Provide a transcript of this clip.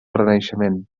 renaixement